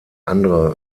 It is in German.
andere